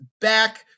back